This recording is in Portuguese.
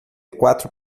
quatro